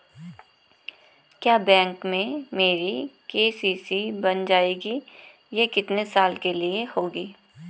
क्या बैंक में मेरी के.सी.सी बन जाएगी ये कितने साल के लिए होगी?